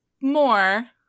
more